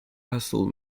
hassle